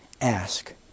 ask